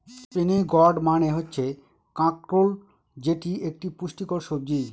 spiny gourd মানে হচ্ছে কাঁকরোল যেটি একটি পুষ্টিকর সবজি